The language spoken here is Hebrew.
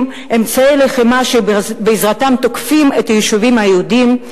אמצעי לחימה שבעזרתם תוקפים את היישובים היהודיים,